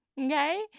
okay